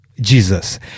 Jesus